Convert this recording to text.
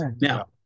Now